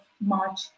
March